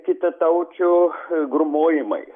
kitataučių grūmojimai